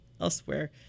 elsewhere